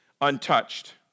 untouched